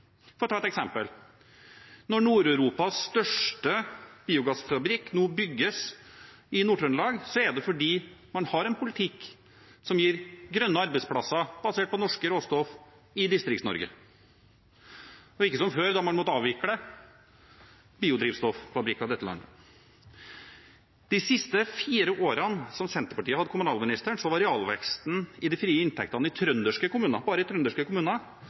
For å ta et eksempel: Når Nord-Europas største biogassfabrikk nå bygges i Nord-Trøndelag, er det fordi man har en politikk som gir grønne arbeidsplasser basert på norske råstoff i Distrikts-Norge. Det er ikke som før, da man måtte avvikle biodrivstoffabrikker i dette landet. De siste fire årene Senterpartiet hadde kommunalministeren, var veksten i de frie inntektene bare i trønderske kommuner